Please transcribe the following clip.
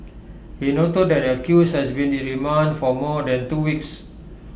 he noted that the accused has been in remand for more than two weeks